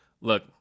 look